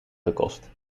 gekost